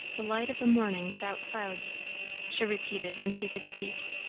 the light of a morning without clouds she repeated when she could speak.